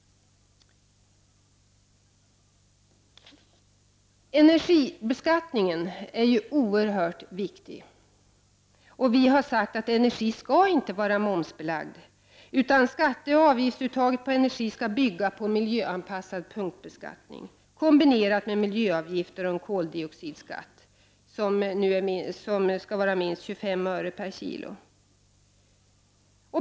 Energibeskattningen är oerhört viktig. Vi har sagt att energi inte skall vara momsbelagd. Skatteoch avgiftsuttaget på energi skall bygga på miljöanpassad punktbeskattning, kombinerat med miljöavgifter och en koldioxidskatt som skall vara minst 25 öre per kilo.